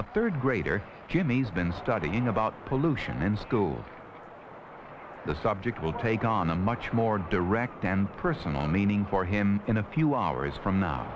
a third grader jimmy's been studying about pollution and scold high the subject will take on a much more direct and personal meaning for him in a few hours from now